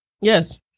Yes